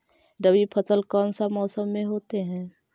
रवि फसल कौन सा मौसम में होते हैं?